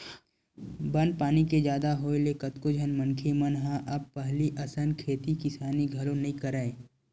बन पानी के जादा होय ले कतको झन मनखे मन ह अब पहिली असन खेती किसानी घलो नइ करय